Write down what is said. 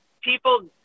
people